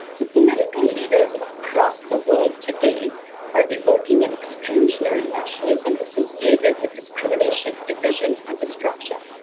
so, political leaders across the world today are evoking an exclusionary nationalism associated with discrimination, division, and destruction.